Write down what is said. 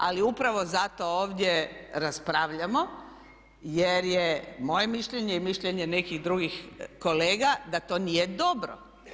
Ali upravo zato ovdje raspravljamo jer je moje mišljenje i mišljenje nekih drugih kolega da to nije dobro.